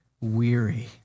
weary